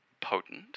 potent